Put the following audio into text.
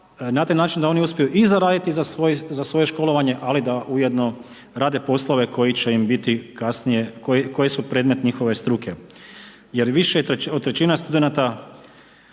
na taj način da oni uspiju i zaradi za svoje školovanje, ali da ujedno rade poslove koji će im biti kasnije koji su predmet njihove struke. Jer više od trećine studenata